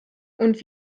und